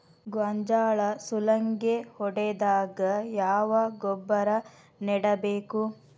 ಗೋಂಜಾಳ ಸುಲಂಗೇ ಹೊಡೆದಾಗ ಯಾವ ಗೊಬ್ಬರ ನೇಡಬೇಕು?